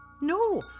No